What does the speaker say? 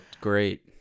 great